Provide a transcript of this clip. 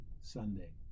Sunday